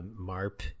Marp